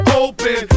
open